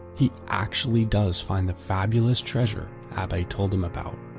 he actually does find the fabulous treasure abbe told him about.